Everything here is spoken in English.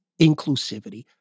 inclusivity